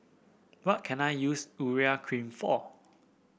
what can I use Urea Cream for